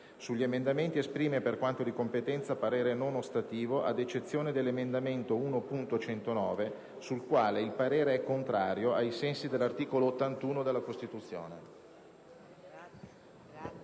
Sugli emendamenti esprime, per quanto di competenza, parere non ostativo, ad eccezione dell'emendamento 1.109, sul quale il parere è contrario, ai sensi dell'articolo 81 della Costituzione».